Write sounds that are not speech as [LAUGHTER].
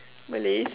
Malays [LAUGHS]